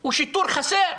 הוא שיטור חסר,